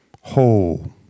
whole